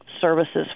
services